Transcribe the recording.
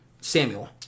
Samuel